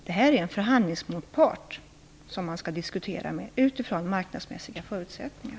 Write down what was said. Det är en förhandlingsmotpart som man skall diskutera med utifrån marknadsmässiga förutsättningar.